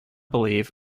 believe